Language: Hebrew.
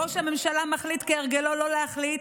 ראש הממשלה מחליט כהרגלו שלא להחליט,